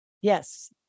Yes